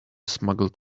smuggled